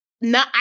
No